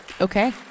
Okay